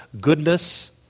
goodness